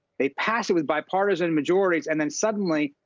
they pass it with bipartisan majorities and then suddenly,